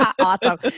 Awesome